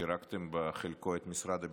ופירקתם בחלקו את משרד הביטחון,